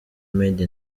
made